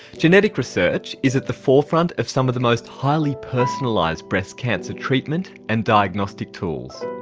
genetic research is at the forefront of some of the most highly personalised breast cancer treatment and diagnostic tools.